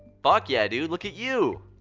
fuck yeah, dude, look at you.